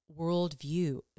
worldview